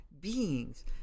beings